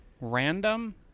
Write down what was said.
random